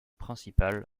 principale